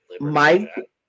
Mike